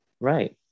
right